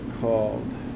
called